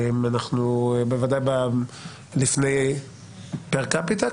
פר קפיטה?